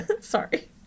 sorry